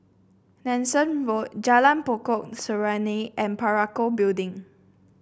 Nanson Road Jalan Pokok Serunai and Parakou Building